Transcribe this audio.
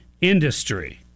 industry